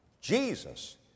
Jesus